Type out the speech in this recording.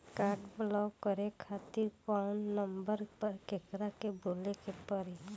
Card block करे खातिर कवना नंबर पर केकरा के बोले के परी?